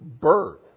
birth